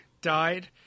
died